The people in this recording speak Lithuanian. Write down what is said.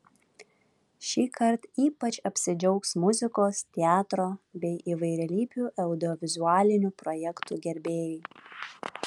šįkart ypač apsidžiaugs muzikos teatro bei įvairialypių audiovizualinių projektų gerbėjai